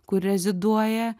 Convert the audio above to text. kur reziduoja